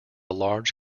large